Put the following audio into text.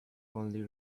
only